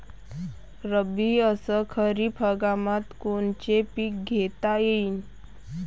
रब्बी अस खरीप हंगामात कोनचे पिकं घेता येईन?